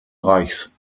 reichs